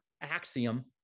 axiom